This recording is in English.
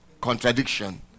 contradiction